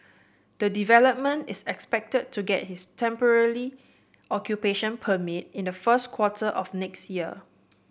the development is expected to get its temporary occupation permit in the first quarter of next year